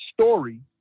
story